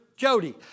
Jody